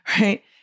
right